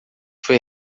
foi